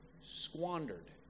squandered